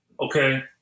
Okay